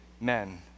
men